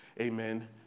Amen